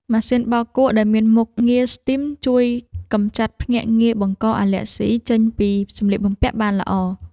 ម៉ាស៊ីនបោកគក់ដែលមានមុខងារស្ទីមជួយកម្ចាត់ភ្នាក់ងារបង្កអាឡែហ្ស៊ីចេញពីសម្លៀកបំពាក់បានល្អ។